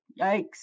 yikes